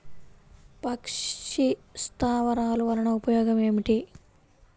పక్షి స్థావరాలు వలన ఉపయోగం ఏమిటి?